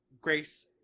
grace